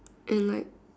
and like